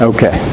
Okay